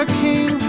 king